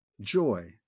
joy